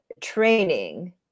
training